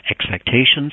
expectations